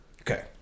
Okay